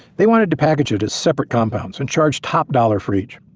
they wanted to package it as separate compounds and charge top dollar for each.